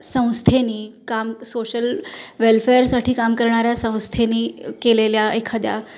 संस्थेने काम सोशल वेल्फेअरसाठी काम करणाऱ्या संस्थेने केलेल्या एखाद्या